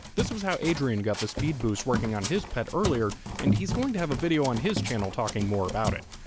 this was how adrian got the speed boost working on his pet and he's going to have a video on his channel talking more about it.